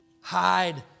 Hide